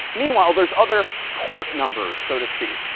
meanwhile, there's other port numbers, so to speak.